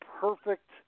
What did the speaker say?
perfect